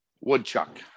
woodchuck